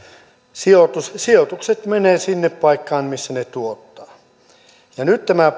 sijoitukset sijoitukset menevät sinne paikkaan missä ne tuottavat nyt kun tämä